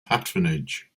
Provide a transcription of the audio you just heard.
patronage